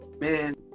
Man